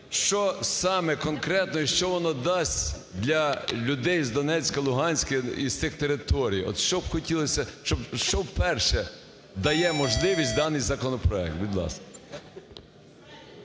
що саме конкретно, і що воно дасть для людей із Донецька, Луганська, із тих територій. От що б хотілося б… Що вперше дає можливість даний законопроект? Будь ласка.